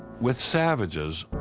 with savages,